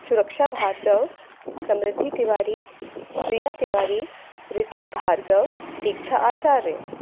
सुरक्षा भार्गव समृद्धि तिवारी श्रेया तिवारी ऋतिक भार्गव दीक्षा आचार्य